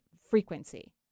frequency